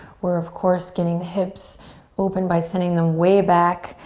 we're, of course, getting the hips opened by sending them way back.